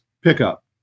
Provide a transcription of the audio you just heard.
pickup